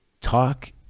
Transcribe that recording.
talk